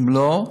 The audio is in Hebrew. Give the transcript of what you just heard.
אם לא,